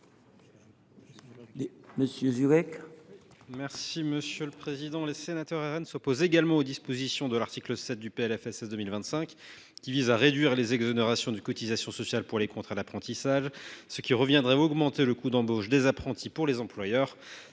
l’amendement n° 283. Les sénateurs RN s’opposent également aux dispositions de l’article 7 du PLFSS 2025, qui visent à réduire les exonérations de cotisations sociales pour les contrats d’apprentissage, ce qui reviendrait à augmenter le coût d’embauche des apprentis pour les employeurs.